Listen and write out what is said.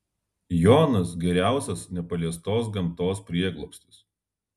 jonas geriausias nepaliestos gamtos prieglobstis